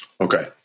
okay